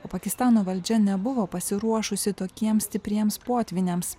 o pakistano valdžia nebuvo pasiruošusi tokiems stipriems potvyniams